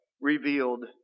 revealed